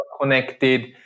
connected